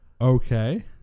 Okay